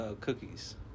cookies